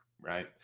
right